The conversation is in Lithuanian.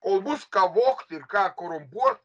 kol bus ką vogt ir ką korumpuot